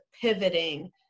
pivoting